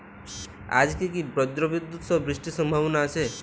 আজকে কি ব্রর্জবিদুৎ সহ বৃষ্টির সম্ভাবনা আছে?